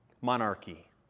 Monarchy